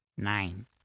Nine